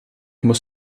muss